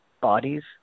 bodies